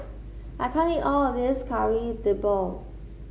I can't eat all of this Kari Debal